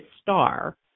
star